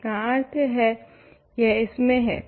इसका अर्थ है यह इसमे है